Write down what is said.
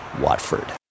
Watford